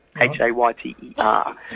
H-A-Y-T-E-R